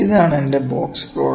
ഇതാണ് എന്റെ box plot